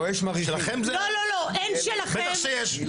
בטח שיש.